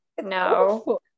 no